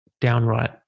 downright